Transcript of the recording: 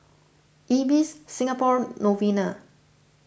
Ibis Singapore Novena